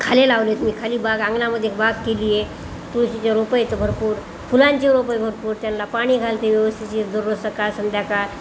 खाली लावले आहेत मी खाली बाग अंगणामध्ये एक बाग केली आहे तुळशीच्या रोपं येतं भरपूर फुलांचे रोपं आहे भरपूर त्यांना पाणी घालते व्यवस्थिशीर दररोज सकाळ संध्याकाळ